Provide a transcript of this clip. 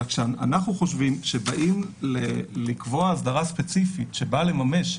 אלא שאנחנו חושבים שכשבאים לקבוע אסדרה ספציפית שבאה לממש,